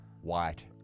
White